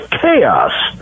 chaos